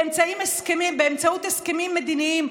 באמצעות הסכמים מדיניים,